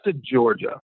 Georgia